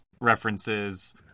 references